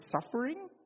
suffering